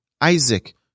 Isaac